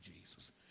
Jesus